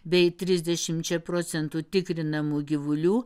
bei trisdešimčia procentų tikrinamų gyvulių